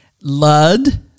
Lud